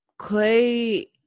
Clay